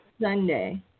Sunday